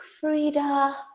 frida